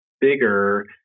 bigger